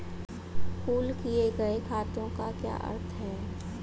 Pool किए गए खातों का क्या अर्थ है?